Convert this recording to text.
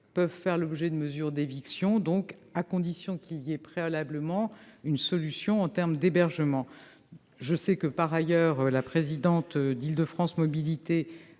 peuvent faire l'objet de mesures d'éviction, à condition qu'il y ait préalablement une solution en termes d'hébergement. Par ailleurs, je sais que la présidente d'Île-de-France Mobilités